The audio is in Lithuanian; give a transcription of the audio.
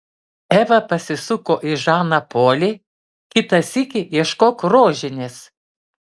eiva pasisuko į žaną polį kitą sykį ieškok rožinės